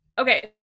okay